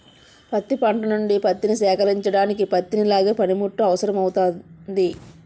పత్తి పంట నుండి పత్తిని సేకరించడానికి పత్తిని లాగే పనిముట్టు అవసరమౌతుంది